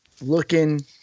looking